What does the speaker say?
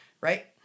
Right